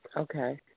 Okay